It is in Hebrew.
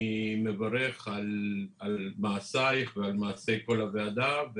אני מברך על מעשייך ועל מעשי כל הוועדה.